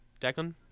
Declan